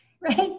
right